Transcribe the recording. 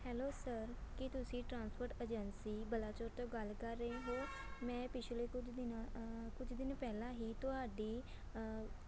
hello sir ਕੀ ਤੁਸੀਂ transport agency Balachaur ਤੋਂ ਗੱਲ ਕਰ ਰਹੇ ਹੋ ਮੈਂ ਪਿਛਲੇ ਕੁਝ ਦਿਨਾਂ ਕੁਝ ਦਿਨ ਪਹਿਲਾਂ ਹੀ ਤੁਹਾਡੀ